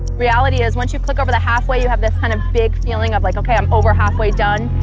reality is once you clock over the halfway, you have this kind of big feeling of like okay, i'm over halfway done,